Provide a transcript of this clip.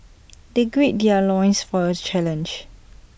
they gird their loins for the challenge